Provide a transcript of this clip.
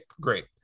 great